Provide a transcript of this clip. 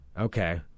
Okay